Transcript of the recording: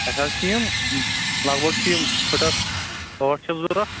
اَسہِ حظ چھِ یِم لگ بگ چھ یِم فُٹس ٲٹھ شتھ ضروٗرت